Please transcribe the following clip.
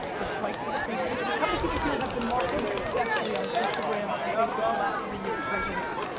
the prices of facebook, and how many people here have been marketing successfully on instagram and facebook for the last three years? raise your hands.